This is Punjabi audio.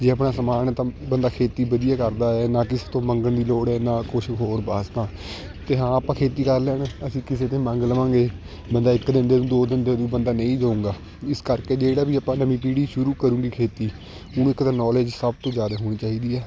ਜੇ ਆਪਣਾ ਸਮਾਨ ਹੈ ਤਾਂ ਬੰਦਾ ਖੇਤੀ ਵਧੀਆ ਕਰਦਾ ਹੈ ਨਾ ਕਿਸੇ ਤੋਂ ਮੰਗਣ ਦੀ ਲੋੜ ਹੈ ਨਾ ਕੁਛ ਹੋਰ ਵਾਸਤਾ ਅਤੇ ਹਾਂ ਆਪਾਂ ਖੇਤੀ ਕਰ ਲੈਣ ਅਸੀਂ ਕਿਸੇ ਦੇ ਮੰਗ ਲਵਾਂਗੇ ਬੰਦਾ ਇੱਕ ਦਿਨ ਦੇ ਦੂ ਦੋ ਦਿਨ ਦੇ ਦੂ ਬੰਦਾ ਨਹੀਂ ਦਊਂਗਾ ਇਸ ਕਰਕੇ ਜਿਹੜਾ ਵੀ ਆਪਾਂ ਨਵੀਂ ਪੀੜ੍ਹੀ ਸ਼ੁਰੂ ਕਰੂਗੀ ਖੇਤੀ ਉਹਨੂੰ ਇੱਕ ਤਾਂ ਨੌਲੇਜ ਸਭ ਤੋਂ ਜ਼ਿਆਦਾ ਹੋਣੀ ਚਾਹੀਦੀ ਹੈ